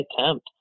attempt